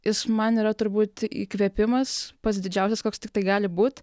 jis man yra turbūt įkvėpimas pats didžiausias koks tiktai gali būt